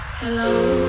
Hello